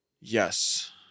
Yes